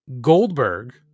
Goldberg